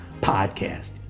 podcast